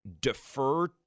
defer